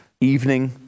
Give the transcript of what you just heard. evening